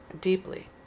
deeply